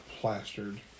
plastered